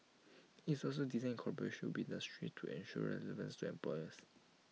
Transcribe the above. it's also designed collaboration should be industry to ensure relevance to employers